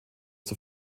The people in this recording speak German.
zur